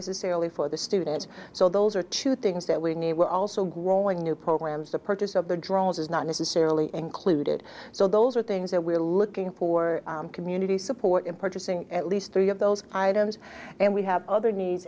necessarily for the students so those are two things that we need we're also growing new programs the purchase of the drones is not necessarily included so those are things that we're looking for community support in purchasing at least three of those items and we have other needs